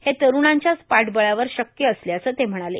हे तरूणाच्यांच पाठबळावर शक्य असल्याचं ते म्हणाले